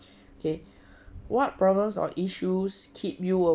k what problems or issues keep you